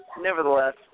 nevertheless